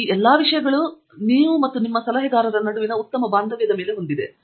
ಈ ಎಲ್ಲಾ ವಿಷಯಗಳು ನೀವು ಮತ್ತು ನಿಮ್ಮ ಸಲಹೆಗಾರರ ನಡುವೆ ಉತ್ತಮವಾದ ಬಾಂಧವ್ಯದ ಮೇಲೆ ಹೊಂದಿವೆ